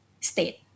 state